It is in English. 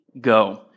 Go